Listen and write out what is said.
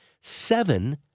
Seven